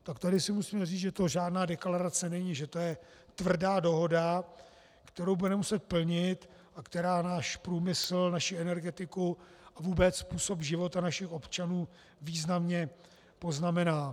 Tak tady si musíme říct, že to žádná deklarace není, že to je tvrdá dohoda, kterou budeme muset plnit a která náš průmysl, naši energetiku a vůbec způsob života našich občanů významně poznamená.